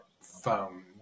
found